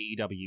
AEW